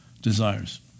desires